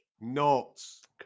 notes